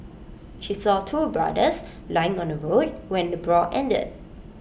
she saw two brothers lying on the ground when the brawl ended